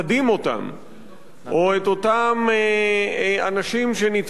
או את אותם אנשים שנתפסו בדרך לכספומט,